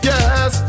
Yes